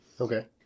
Okay